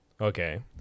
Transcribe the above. Okay